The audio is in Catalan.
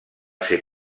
ser